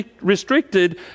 restricted